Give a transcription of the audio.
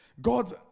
God